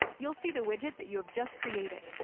you'll see the widget that you have just created.